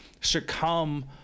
succumb